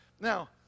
Now